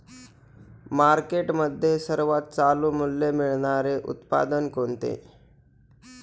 मार्केटमध्ये सर्वात चालू मूल्य मिळणारे उत्पादन कोणते?